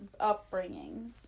upbringings